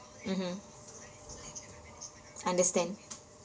mmhmm understand